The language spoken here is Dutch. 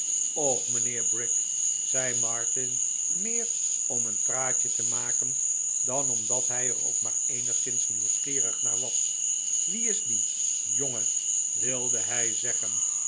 mijnheer brick zei martin meer om een praatje te maken dan omdat hij er ook maar eenigszins nieuwsgierig naar was wie is die jonge wilde hij zeggen